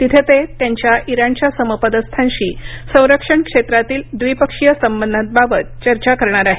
तिथे ते त्यांच्या इराणच्या समपदस्थांशी संरक्षण क्षेत्रातील द्विपक्षीय संबधांबाबत चर्चा करणार आहेत